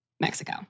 Mexico